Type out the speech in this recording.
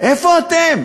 איפה אתם?